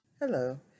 Hello